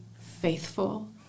faithful